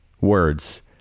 words